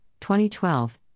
2012